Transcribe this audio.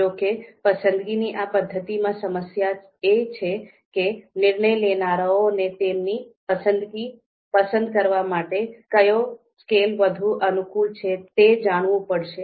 જો કે પસંદગીની આ પદ્ધતિમાં સમસ્યા એ છે કે નિર્ણય લેનારાઓને તેમની પસંદગી પસંદ કરવા માટે કયો સ્કેલ વધુ અનુકૂળ છે તે જાણવું પડશે